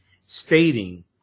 stating